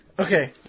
Okay